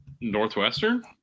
Northwestern